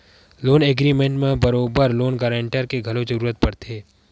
loan agreement म बरोबर loan guarantor के घलो जरुरत पड़थे